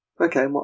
Okay